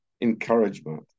encouragement